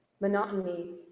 monotony